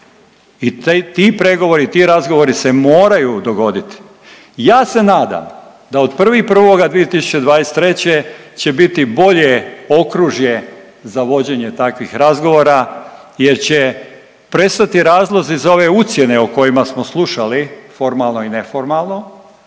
I ti pregovori, ti razgovori se moraju dogoditi. Ja se nadam da od 1.1.2023. će biti bolje okružje za vođenje takvih razgovora jer će prestati razlozi za ove ucjene o kojima smo slušali formalno i neformalno